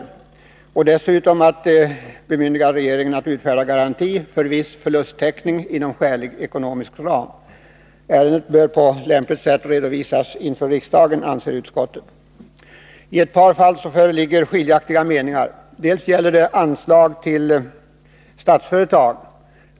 Vi föreslår dessutom att riksdagen skall bemyndiga regeringen att utfärda garantier för viss förlusttäckning inom skälig ekonomisk ram. Ärendet bör på lämpligt sätt redovisas inför riksdagen, anser utskottet. I ett par fall föreligger skiljaktiga meningar i utskottet. Det gäller bl.a. anslaget till Statsföretag.